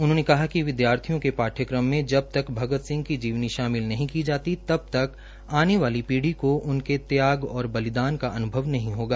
उन्होंने कहा कि विद्यार्थियों के पाठ्यक्रम में जबतक भगत सिंह की जीवनी शामिल नहीं की जाती तक तक आने वाली पीढ़ी को उनके त्याग और बलिदान का अन्भव नहीं होगा